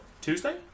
Tuesday